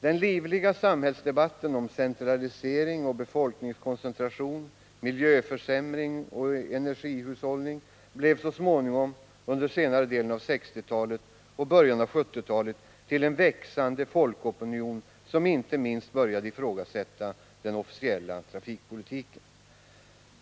Den livliga samhällsdebatten om centralisering och befolkningskoncentration, miljöförsämring och energihushållning blev så småningom, under senare delen av 1960-talet och början av 1970-talet, till en växande folkopinion som inte minst började ifrågasätta den officiella trafikpolitiken.